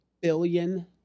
billion